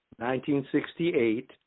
1968